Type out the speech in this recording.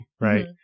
right